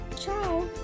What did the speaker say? Ciao